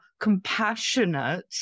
compassionate